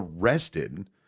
arrested